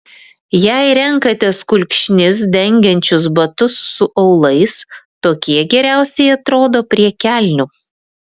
jei renkatės kulkšnis dengiančius batus su aulais tokie geriausiai atrodo prie kelnių